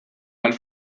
għall